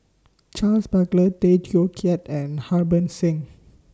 Charles Paglar Tay Teow Kiat and Harbans Singh